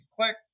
Click